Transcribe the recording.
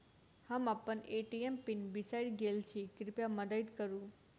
हम अप्पन ATM PIN बिसरि गेल छी कृपया मददि करू